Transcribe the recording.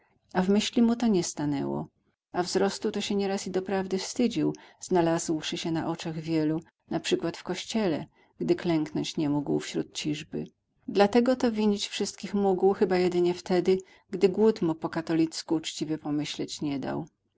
w myśli mu to nie stanęło a wzrostu to się nieraz i doprawdy wstydził znalazłszy się na oczach wielu na przykład w kościele gdy klęknąć nie mógł wśród ciżby dlatego to winić wszystkich mógł chyba jedynie wtedy gdy głód mu po katolicku uczciwie pomyśleć nie dał